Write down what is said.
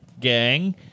Gang